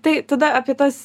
tai tada apie tas